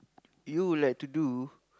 you would like to do